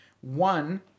One